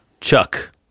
Chuck